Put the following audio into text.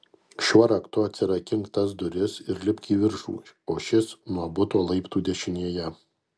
šiuo raktu atsirakink tas duris ir lipk į viršų o šis nuo buto laiptų dešinėje